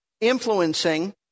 influencing